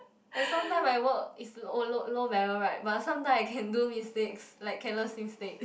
and sometime I work is low low viral right but sometime I can do mistakes like careless mistake